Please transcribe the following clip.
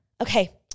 Okay